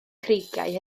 creigiau